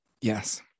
Yes